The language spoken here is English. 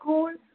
school